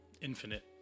infinite